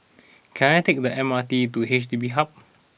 can I take the M R T to H D B Hub